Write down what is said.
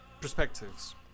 perspectives